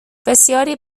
بسیاری